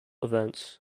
events